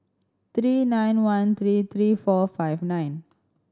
three nine one three three four five nine